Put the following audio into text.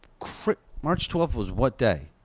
march twelve was what day?